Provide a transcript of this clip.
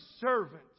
servant